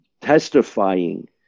testifying